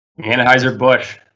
Anheuser-Busch